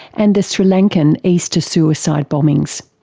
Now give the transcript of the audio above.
and the sri lankan easter suicide bombings.